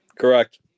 Correct